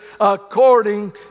according